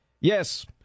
Yes